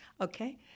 Okay